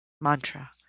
Mantra